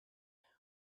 him